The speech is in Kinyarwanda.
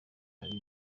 ari